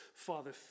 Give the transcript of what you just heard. Father